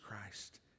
Christ